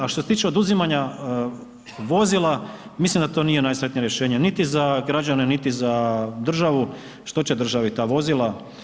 A što se tiče oduzimanja vozila, mislim da to nije najsretnije rješenje niti za građane niti za državu što će državi ta vozila.